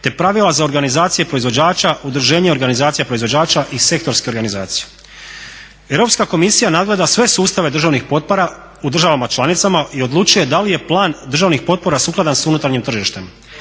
te pravila za organizacije proizvođača, udruženje organizacija proizvođača i sektorske organizacije. Europska komisija nadgleda sve sustave državnih potpora u državama članicama i odlučuje da li je plan državnih potpora sukladan s unutarnjim tržištem.